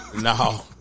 No